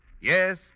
Yes